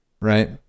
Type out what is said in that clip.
Right